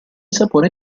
sapore